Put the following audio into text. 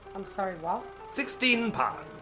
i'm sorry what? sixteen pounds.